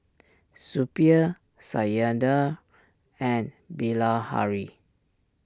Suppiah Satyendra and Bilahari